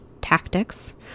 tactics